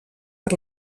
per